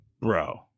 Bro